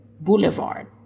Boulevard